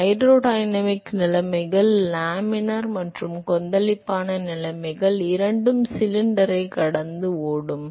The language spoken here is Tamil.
ஹைட்ரோடினமிக் நிலைமைகள் லேமினார் மற்றும் கொந்தளிப்பான நிலைகள் இரண்டும் சிலிண்டரைக் கடந்த ஓட்டம்